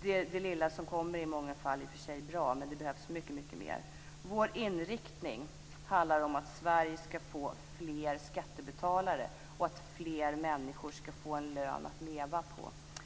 Det lilla som kommer är i och för sig i många fall bra, men det behövs mycket mer. Vår inriktning är att Sverige skall få fler skattebetalare och att fler människor skall få en lön att leva på.